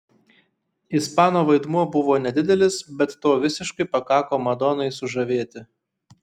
ispano vaidmuo buvo nedidelis bet to visiškai pakako madonai sužavėti